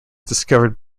discovered